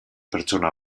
pertsona